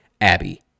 Abby